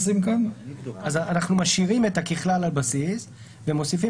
אנחנו משאירים את "ככלל על בסיס" ומוסיפים: